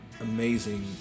amazing